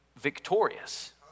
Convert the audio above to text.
victorious